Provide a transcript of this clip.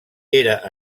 era